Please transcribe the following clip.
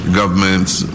governments